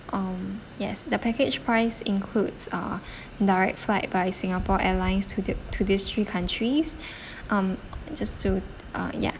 um yes the package price includes uh direct flight by singapore airlines to the to these three countries um just to uh ya